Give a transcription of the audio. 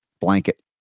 blanket